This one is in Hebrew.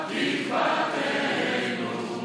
כבוד הנשיא!